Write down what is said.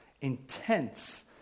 intense